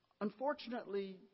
unfortunately